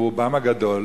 ברובם הגדול,